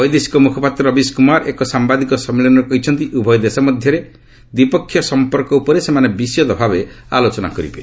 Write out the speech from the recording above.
ବୈଦେଶିକ ମ୍ରଖପାତ୍ର ରବିଶ କ୍ରମାର ଏକ ସାମ୍ବାଦିକ ସମ୍ମିଳନୀରେ କହିଛନ୍ତି ଉଭୟ ଦେଶ ମଧ୍ୟରେ ଦ୍ୱିପକ୍ଷୀୟ ସମ୍ପର୍କ ଉପରେ ସେମାନେ ବିଷଦ ଭାବେ ଆଲୋଚନା କରିବେ